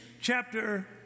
chapter